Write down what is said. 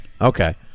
Okay